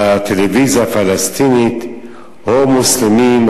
בטלוויזיה הפלסטינית: הו מוסלמים,